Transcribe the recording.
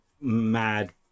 mad